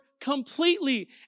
completely